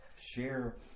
share